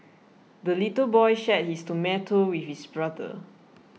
the little boy shared his tomato with his brother